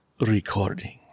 recording